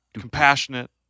compassionate